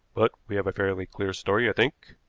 but we have a fairly clear story, i think.